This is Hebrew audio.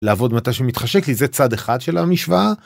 לעבוד מתי שמתחשק לי זה צד אחד של המשוואה...